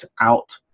Out